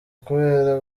kubera